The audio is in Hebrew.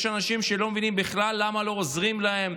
יש אנשים שלא מבינים בכלל למה לא עוזרים להם.